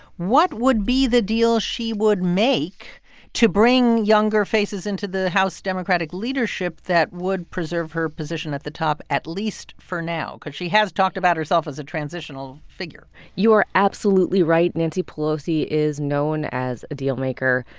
what would be the deal she would make to bring younger faces into the house democratic leadership that would preserve her position at the top at least for now? cause she has talked about herself as a transitional figure you are absolutely right. nancy pelosi is known as a dealmaker.